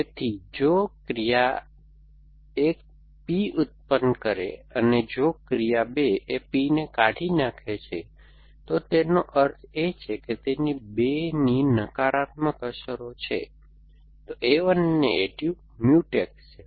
તેથી જો ક્રિયા 1 P ઉત્પન્ન કરે છે અને જો ક્રિયા 2 એ P ને કાઢી નાખે છે તો તેનો અર્થ એ કે તે 2 ની નકારાત્મક અસરો છે તો a 1 અને a 2 મ્યુટેક્સ છે